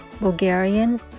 Bulgarian